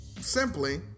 simply